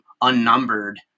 unnumbered